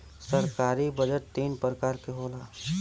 सरकारी बजट तीन परकार के होला